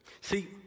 See